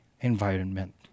environment